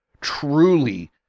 truly